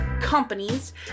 companies